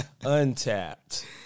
untapped